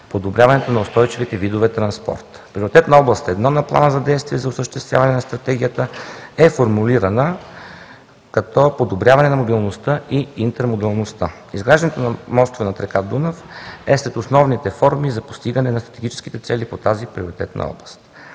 подобрението на устойчивите видове транспорт. Приоритетна област №1 на Плана за действие за осъществяване на Стратегията е формулирана като „Подобряване на мобилността и интермодалността”. Изграждането на мостове над река Дунав е сред основните форми за постигане на стратегическите цели по тази приоритетна област.